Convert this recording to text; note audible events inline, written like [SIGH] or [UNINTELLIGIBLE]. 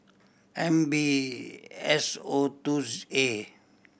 M B S O [UNINTELLIGIBLE] A